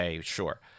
sure